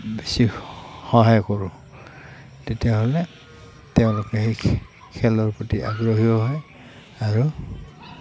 বেছি সহায় কৰোঁ তেতিয়াহ'লে তেওঁলোকে সেই খেলৰ প্ৰতি আগ্ৰহীও হয় আৰু